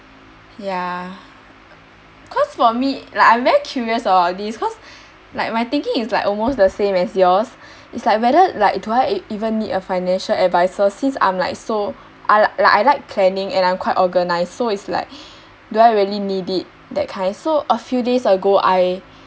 ya cause for me like I'm very curious about this cause like my thinking is like almost the same as yours is like whether like do I even need a financial adviser since I'm like so I like I like planning and I'm quite organised so is like do I really need it that kind so a few days ago I